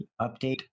update